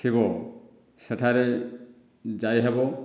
ଥିବ ସେଠାରେ ଯାଇହେବ